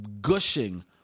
gushing